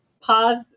pause